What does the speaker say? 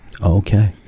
Okay